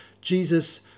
Jesus